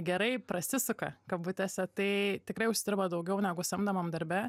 gerai prasisuka kabutėse tai tikrai užsidirba daugiau negu samdomam darbe